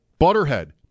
Butterhead